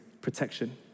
protection